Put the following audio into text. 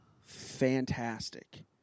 fantastic